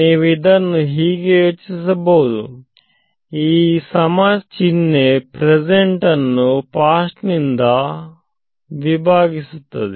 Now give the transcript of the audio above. ನೀವು ಇದನ್ನು ಹೀಗೆ ಯೋಚಿಸಬಹುದು ಈ ಸಮ ಚಿಹ್ನೆ ಪ್ರೆಸೆಂಟ್ ಅನ್ನು ಫಾಸ್ಟ್ ನಿಂದ ವಿಭಾಗಿಸುತ್ತದೆ